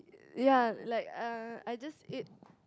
ya like uh I just ate